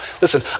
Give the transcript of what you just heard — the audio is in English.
Listen